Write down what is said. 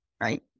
right